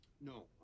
no